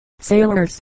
sailors